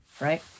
right